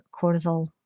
cortisol